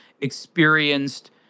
experienced